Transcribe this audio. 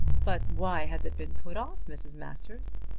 but why has it been put off, mrs. masters?